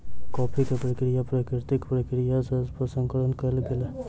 coffee के प्राकृतिक प्रक्रिया सँ प्रसंस्करण कयल गेल